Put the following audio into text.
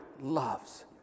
loves